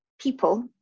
people